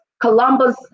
Columbus